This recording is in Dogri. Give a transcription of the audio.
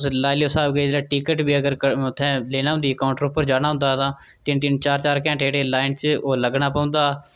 तुस लाई लैओ स्हाब की जेल्लै टिकट बी अगर क म उत्थै लैनी होंदी काऊंटर उप्पर जाना होंदा ते तिन्न तिन्न चार चार घैंटे जेह्ड़े लाईन च ओह् लग्गना पौंदा